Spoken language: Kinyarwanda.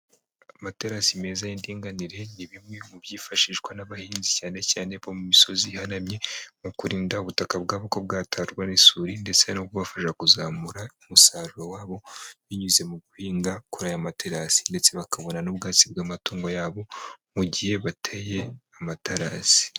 Amaterasi meza y'indinganire ni bimwe mu byifashishwa n'abahinzi cyane cyane bo mu misozi ihanamye, mu kurinda ubutaka bwabo ko bwatarwa n'isuri ndetse no kubafasha kuzamura umusaruro wabo, binyuze mu guhinga kuri aya materasi ndetse bakabona n'ubwatsi bw'amatungo yabo, mu gihe bateye mu matarasi.